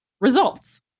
results